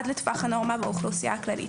עד לטווח הנורמה באוכלוסייה הכללית.